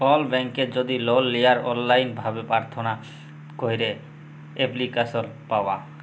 call ব্যাংকে যদি লল লিয়ার অললাইল ভাবে পার্থনা ক্যইরে এপ্লিক্যাসল পাউয়া